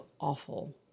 awful